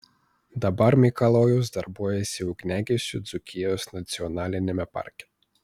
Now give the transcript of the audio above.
dabar mikalojus darbuojasi ugniagesiu dzūkijos nacionaliniame parke